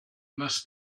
must